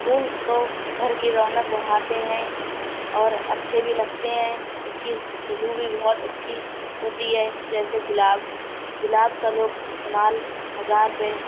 پھول تو گھر کی رونق بڑھاتے ہیں اور اچھے بھی لگتے ہیں اس کی خوشبو بھی بہت اچھی ہوتی ہے جیسے گلاب گلاب کا لوگ استعمال مزار پہ